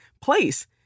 place